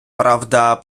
правда